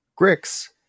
Grix